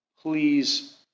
please